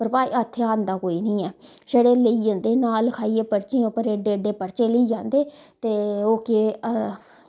पर इत्थें आंदा कोई नी ऐ छड़े लेई जंदे नांऽ लखाइयै परचियें उप्पर एह्डे एह्डे लेइयै आंदे ते ओ केह्